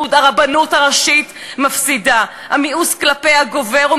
אין הונאה גדולה יותר מההונאה הזאת.